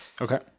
Okay